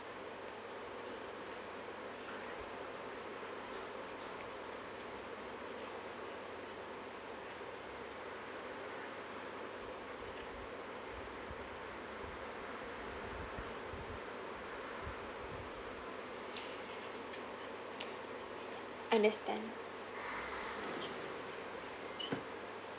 understand